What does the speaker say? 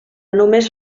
només